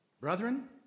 Brethren